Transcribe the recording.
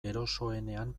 erosoenean